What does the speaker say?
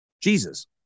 Jesus